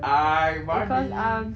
I'm manny